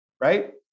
right